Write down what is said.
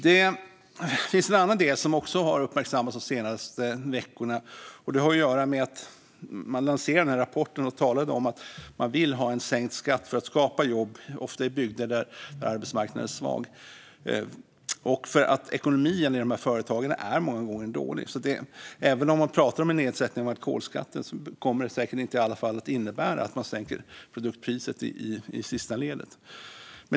Det finns en annan del som också har uppmärksammats de senaste veckorna. Det har att göra med att man lanserade den här rapporten och talade om att man vill ha en sänkt skatt för att det ska skapa jobb, ofta i bygder där arbetsmarknaden är svag, och för att ekonomin i de här företagen många gånger är dålig. Även om man pratar om en nedsättning av alkoholskatten kommer det i alla fall säkert inte att innebära att man sänker produktpriset i sista ledet.